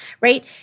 right